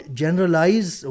generalize